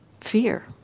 fear